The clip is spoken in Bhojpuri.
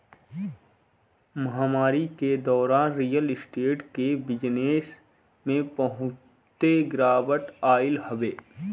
महामारी के दौरान रियल स्टेट के बिजनेस में बहुते गिरावट आइल हवे